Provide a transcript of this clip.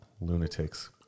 lunatics